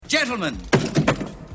Gentlemen